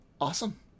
Awesome